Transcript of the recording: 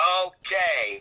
okay